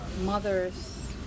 mothers